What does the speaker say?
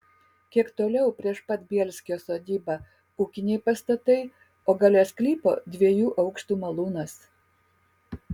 kiek toliau prieš pat bielskio sodybą ūkiniai pastatai o gale sklypo dviejų aukštų malūnas